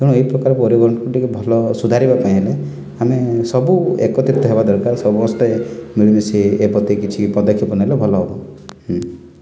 ତେଣୁ ଏହି ପ୍ରକାର ପରିବହନକୁ ଟିକେ ଭଲ ସୁଧାରିବା ପାଇଁ ହେଲେ ଆମେ ସବୁ ଏକତ୍ରିତ ହେବା ଦରକାର ସମସ୍ତେ ମିଳିମିଶି ଏ ପ୍ରତି କିଛି ପଦକ୍ଷେପ ନେଲେ ଭଲ ହେବ